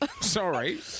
Sorry